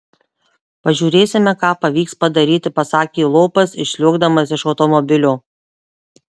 pažiūrėsime ką pavyks padaryti pasakė lopas išsliuogdamas iš automobilio